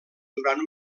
durant